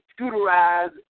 computerized